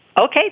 Okay